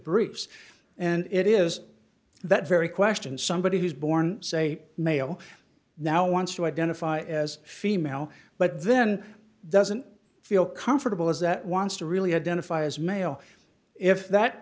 briefs and it is that very question somebody who's born say male now wants to identify as female but then doesn't feel comfortable as that wants to really identify as male if that